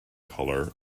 colour